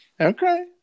Okay